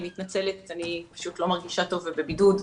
אני מתנצלת, אני פשוט לא מרגישה טוב ובבידוד.